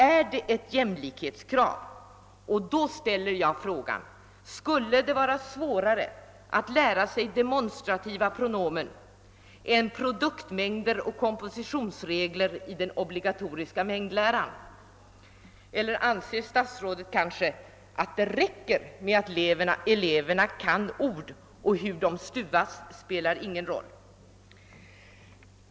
Är det ett jämlikhetskrav? Skulle det vara svårare att lära sig demonstrativa pronomina än produktmängder och kompositionsregler i den obligatoriska mängdläran? Eller anser statsrådet kanske att det räcker med att eleverna kan ord men att det inte Spe lar någon roll hur de stuvas?